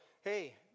hey